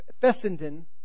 Fessenden